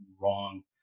wrong